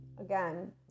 Again